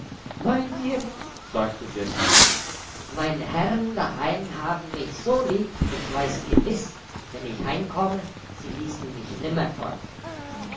meint ihr sagte der dieb meine herren daheim haben mich so lieb ich weiss gewiss wenn ich heimkäme sie liessen mich nimmer fort